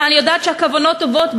אני יודעת שהכוונות טובות,